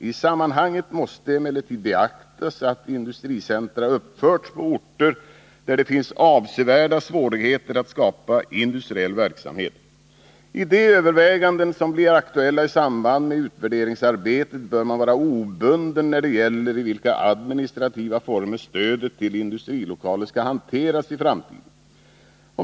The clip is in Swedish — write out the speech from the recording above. I sammanhanget måste emellertid beaktas att industricentra uppförts på orter där det finns avsevärda svårigheter att skapa industriell verksamhet. I de överväganden som blir aktuella i samband med utvärderingsarbetet bör man vara obunden när det gäller i vilka administrativa former stödet till industrilokaler skall hanteras i framtiden.